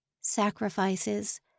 Sacrifices